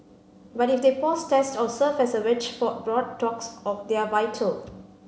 but if they pause tests or serve as a wedge for broad talks or they're vital